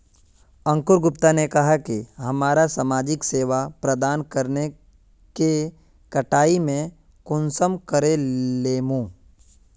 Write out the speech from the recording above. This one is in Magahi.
अंकूर गुप्ता ने कहाँ की हमरा समाजिक सेवा प्रदान करने के कटाई में कुंसम करे लेमु?